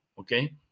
okay